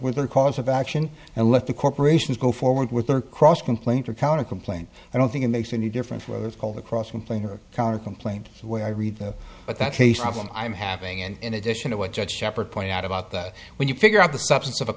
with their cause of action and let the corporations go forward with their cross complaint recount a complaint i don't think it makes any difference whether it's called across complain or counter complaint the way i read it that case problem i'm having and in addition to what judge sheppard pointed out about that when you figure out the substance of a